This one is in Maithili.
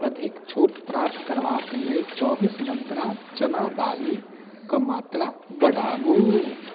अधिक छूट प्राप्त करबाक लेल चौबीस मन्त्रा चना दालि कऽ मात्रा बढ़ाबू